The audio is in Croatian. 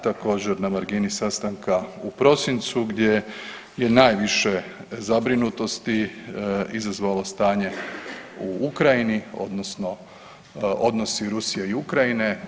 Također na margini sastanka u prosincu gdje je najviše zabrinutosti izazvalo stanje u Ukrajini odnosno odnosi Rusije i Ukrajine.